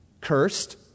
cursed